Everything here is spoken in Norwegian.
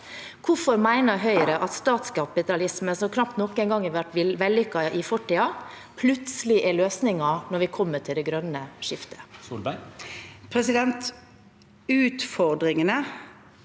Hvorfor mener Høyre at statskapitalisme, som knapt noen gang har vært vellykket, plutselig er løsningen når det gjelder det grønne skiftet?